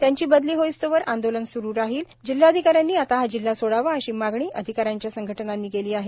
त्यांची बदली होईस्तोवर आंदोलन स्रू राहील जिल्हाधिकाऱ्यांनी आता हा जिल्हा सोडावा अशी मागणी अधिकाऱ्यांच्या संघटनांनी केली आहे